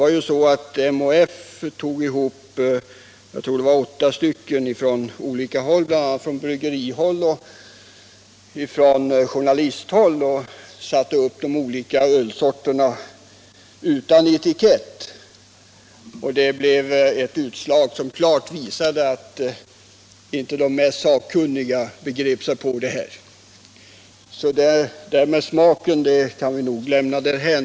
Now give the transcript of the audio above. MHF samlade vid ett tillfälle ett antal personer — jag tror att det var åtta personer bl.a. från bryggerihåll och från journalisthåll — och lät dem smaka på och bedöma de olika ölsorterna, som serverades ur flaskor utan etikett. Undersökningen visade klart att inte ens de mest sakkunniga kunde skilja de olika sorterna åt. Frågan om smaken på ölet kan vi nog lämna därhän.